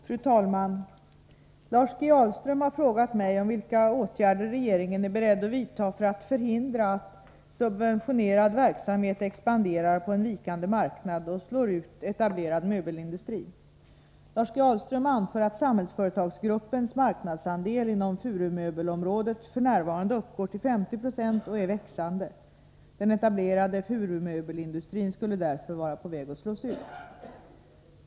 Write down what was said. Fru talman! Lars G. Ahlström har frågat mig om vilka åtgärder regeringen är beredd att vidta för att förhindra att subventionerad verksamhet expanderar på en vikande marknad och slår ut etablerad möbelindustri. Lars G. Ahlström anför att Samhällsföretagsgruppens marknadsandel inom furumöbelsområdet f. n. uppgår till 50 Zo och är växande. Den etablerade furumöbelsindustrin skulle därför vara på väg att slås ut.